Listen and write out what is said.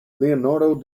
leonardo